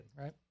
right